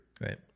Right